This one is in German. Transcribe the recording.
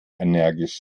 energisch